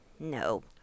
No